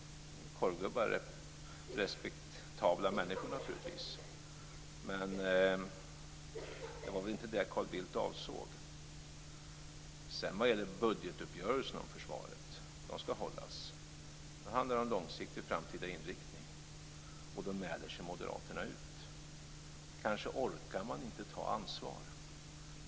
Korvgubbar är naturligtvis respektabla människor, men det var väl inte det som Vad sedan gäller budgetuppgörelserna om försvaret vill jag säga att dessa skall hållas. Det handlar om en långsiktig framtida inriktning, men då mäler sig moderaterna ut. Kanske orkar man inte ta ansvar.